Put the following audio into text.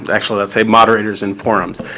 but actually, let's say moderators in forums,